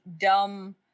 dumb